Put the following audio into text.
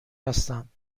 هستند